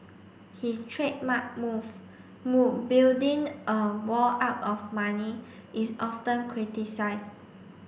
his trademark move move building a wall out of money is often criticised